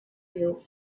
пил